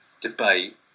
debate